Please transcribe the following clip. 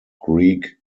greek